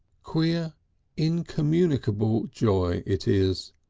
queer incommunicable joy it is,